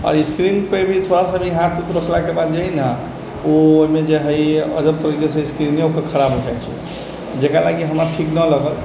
आओर स्क्रीनपर भी थोड़ा सा जे हाथ रखलाक बाद जे हइ ने ओहिमे जे हइ अजब तरीकासँ स्क्रीने ओकर खराब हो जाइ छै जकरा लागी हमरा ठीक नहि लागल